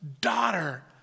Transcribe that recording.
daughter